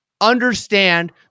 understand